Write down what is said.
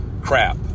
crap